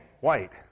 White